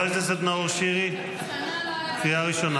צאו אל החיילים, צאו לרחובות,